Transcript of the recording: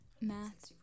math